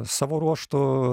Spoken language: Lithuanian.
savo ruožtu